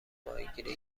ماهیگیری